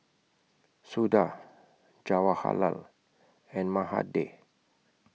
Suda Jawaharlal and Mahade